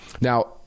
Now